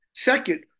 Second